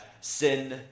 sin